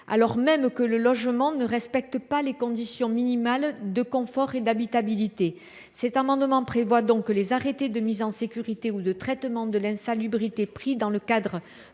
alors même que le logement ne respecte pas les conditions minimales de confort et d’habitabilité. Aussi proposons nous, par cet amendement, que les arrêtés de mise en sécurité ou de traitement de l’insalubrité pris dans le cadre